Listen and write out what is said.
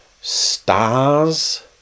stars